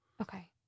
Okay